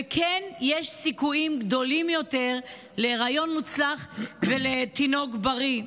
וכן יש סיכויים גדולים יותר להיריון מוצלח ולתינוק בריא.